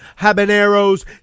habaneros